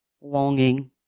longing